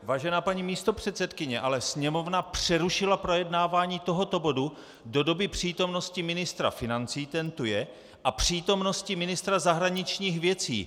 Vážená paní místopředsedkyně, ale Sněmovna přerušila projednávání tohoto bodu do doby přítomnosti ministra financí, ten tu je, a přítomnosti ministra zahraničních věcí.